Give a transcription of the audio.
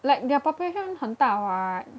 like their population 很大 [what]